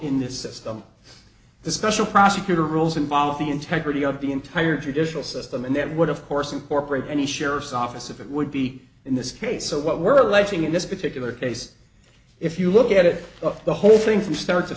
in the system the special prosecutor rules involve the integrity of the entire judicial system and that would of course incorporate any sheriff's office if it would be in this case so what we're alleging in this particular case if you look at it up the whole things we start to